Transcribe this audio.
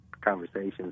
conversations